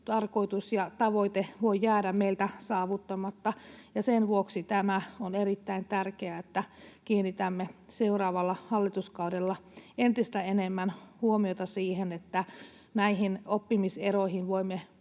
tarkoitus ja tavoite voi jäädä meiltä saavuttamatta, ja sen vuoksi tämä on erittäin tärkeää, että kiinnitämme seuraavalla hallituskaudella entistä enemmän huomiota siihen, että näihin oppimiseroihin voimme